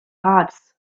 hearts